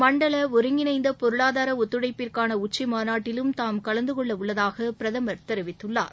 மண்டல ஒருங்கிணைந்த பொருளாதார ஒத்துழைப்பிற்கான உச்சிமாநாட்டிலும் தாம் கலந்து கொள்ளவுள்ளதாக பிரதமர் தெரிவித்துள்ளார்